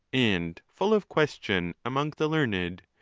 and full of question among the learned,